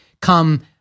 come